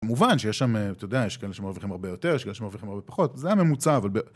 במובן שיש שם, אתה יודע, יש כאלה שמרוויחים הרבה יותר, יש כאלה שמרוויחים הרבה פחות, זה הממוצע, אבל...